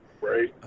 Right